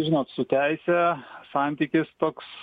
žinot su teise santykis toks